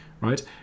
right